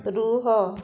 ରୁହ